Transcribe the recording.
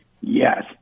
Yes